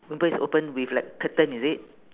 window is open with like curtain is it